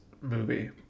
movie